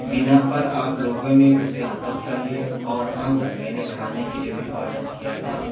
بنا پر آپ لوگوں نے اسے حسد کر لیا اور ہاں سر میں نے کھانے کے لیے بھی آرڈر کیا تھا